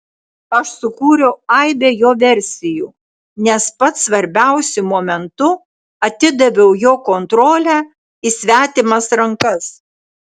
aš sukūriau aibę jo versijų nes pats svarbiausiu momentu atidaviau jo kontrolę į svetimas rankas